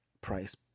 price